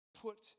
Put